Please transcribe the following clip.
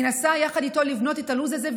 מנסה יחד איתו לבנות את הלו"ז הזה.